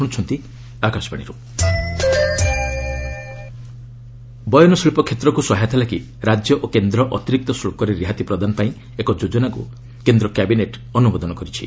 cabinet textile ବୟନଶିଳ୍ପ କ୍ଷେତ୍ରକୁ ସହାୟତା ଲାଗି ରାଜ୍ୟ ଓ କେନ୍ଦ୍ର ଅତିରିକ୍ତ ଶୁଳ୍କରେ ରିହାତି ପ୍ରଦାନ ପାଇଁ ଏକ ଯୋଜନାକୁ କେନ୍ଦ୍ର କ୍ୟାବିନେଟ ଅନୁମୋଦନ କରିଛି